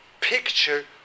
picture